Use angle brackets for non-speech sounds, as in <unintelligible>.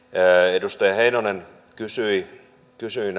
edustaja heinonen kysyi kysyi <unintelligible>